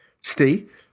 Steve